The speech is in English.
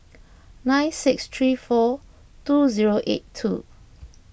nine six three four two zero eight two